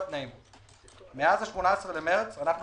מאז 18 במרס אנו